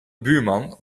buurman